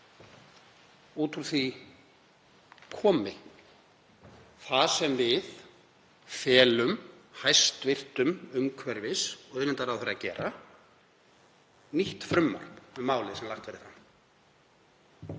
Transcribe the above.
út úr því komi það sem við felum hæstv. umhverfis- og auðlindaráðherra að gera, nýtt frumvarp um málið sem lagt verði fram.